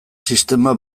sistema